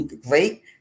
great